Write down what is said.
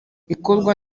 ikorwa